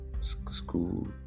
school